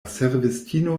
servistino